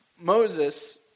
Moses